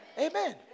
Amen